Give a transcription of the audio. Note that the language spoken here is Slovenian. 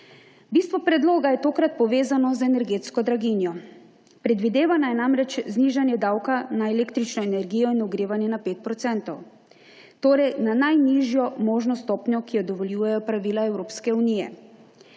Bistvo predloga je tokrat povezano z energetsko draginjo. Predvidevano je namreč znižanje davka na električno energijo in ogrevanje na 5 %, torej na najnižjo možno stopnjo, ki jo dovoljujejo pravila Evropske unije.